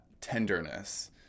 tenderness